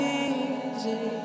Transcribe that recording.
easy